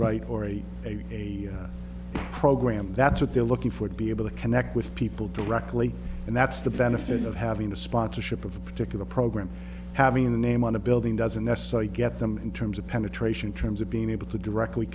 right or a a program that's what they're looking for to be able to connect with people directly and that's the benefit of having a sponsorship of a particular program having a name on a building doesn't necessarily get them in terms of penetration terms of being able to directly